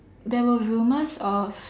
there were rumors of